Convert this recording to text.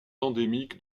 endémiques